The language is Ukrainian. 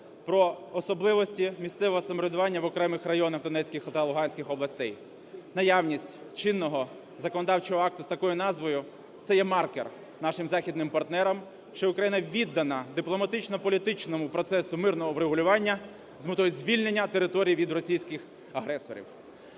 про особливості місцевого самоврядування в окремих районах Донецької та Луганської областей. Наявність чинного законодавчого акту з такою назвою – це є маркер нашим західним партнерам, що Україна віддана дипломатично-політичному процесу мирного врегулювання з метою звільнення територій від російських агресорів.